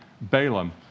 Balaam